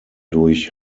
durch